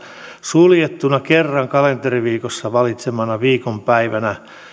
suljettuna kerran kalenteriviikossa valitsemanaan viikonpäivänä säilytetään